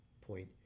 point